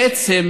בעצם,